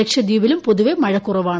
ലക്ഷദ്വീപിലും പൊതുവേ മഴ കുറവാണ്